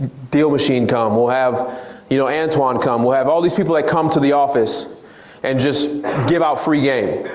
dealmachine come, we'll have you know antwan come, we'll have all these people that come to the office and just give out free game.